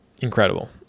incredible